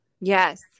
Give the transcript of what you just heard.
Yes